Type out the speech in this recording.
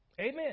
Amen